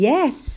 Yes